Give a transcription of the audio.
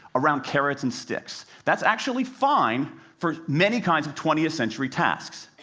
around carrots and sticks. that's actually fine for many kinds of twentieth century tasks.